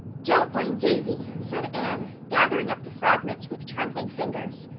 don't blame davy, said anne, gathering up the fragments with trembling fingers.